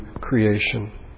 creation